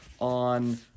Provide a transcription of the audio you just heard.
on